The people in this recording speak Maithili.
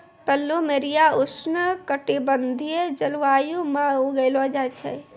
पलूमेरिया उष्ण कटिबंधीय जलवायु म उगैलो जाय छै